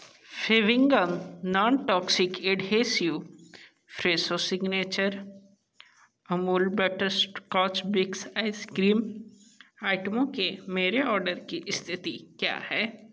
Fevigum non toxic adhesive Fresho signature Amul पेटस्स्काॅच बिस्क ice cream आइटमों के मेरे ऑडर की स्थिति क्या है